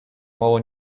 mało